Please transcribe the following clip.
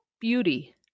beauty